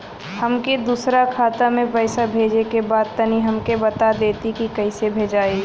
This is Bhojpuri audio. हमके दूसरा खाता में पैसा भेजे के बा तनि हमके बता देती की कइसे भेजाई?